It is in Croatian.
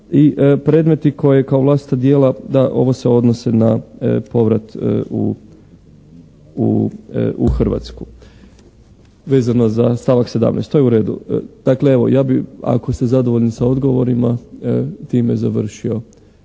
I predmeti koje kao vlastita djela da ovo se odnose na povrat u Hrvatsku. Vezano za stavak 17., to je u redu. Dakle, evo, ja bi ako ste zadovoljni sa odgovorima time završio